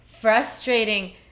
frustrating